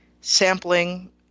sampling